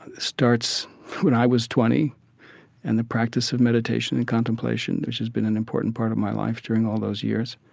starts when i was twenty and the practice of meditation and contemplation, which has been an important part of my life during all those years,